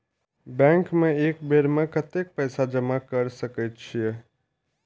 Bank में एक बेर में कतेक पैसा जमा कर सके छीये?